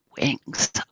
wings